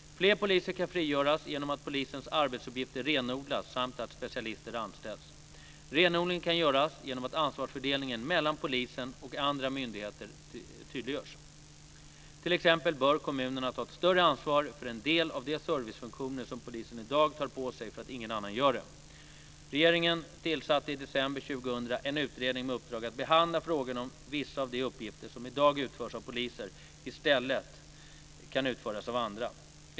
Fler poliser kan frigöras genom att polisens arbetsuppgifter renodlas samt att specialister anställs. Renodlingen kan göras genom att ansvarsfördelningen mellan polisen och andra myndigheter tydliggörs. T.ex. bör kommunerna ta ett större ansvar för en del av de servicefunktioner som polisen i dag tar på sig för att ingen annan gör det. Regeringen tillsatte i december 2000 en utredning med uppdrag att behandla frågan om vissa av de uppgifter som i dag utförs av poliser i stället kan utföras av andra.